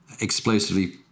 explosively